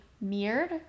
mirrored